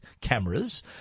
cameras